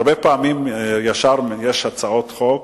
הרבה פעמים ישר יש הצעות חוק